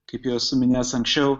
kaip jau esu minėjęs anksčiau